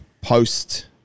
post-